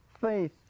faith